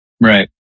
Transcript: right